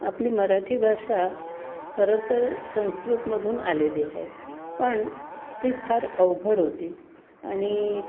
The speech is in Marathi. आपली मराठी भाषा खरंतर संस्कृतमधून आलेली आहे पण ते फार अवघड होते आणि